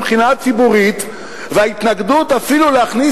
מבחינה ציבורית וההתנגדות אפילו להכניס